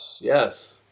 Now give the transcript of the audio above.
Yes